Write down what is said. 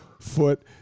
foot